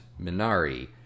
Minari